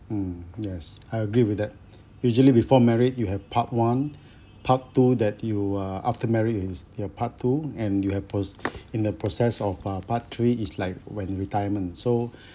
mm yes I agree with that usually before married you have part one part two that you are after married is your part two and you have proc~ in the process of uh part three is like when retirement so